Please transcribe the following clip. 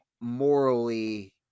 morally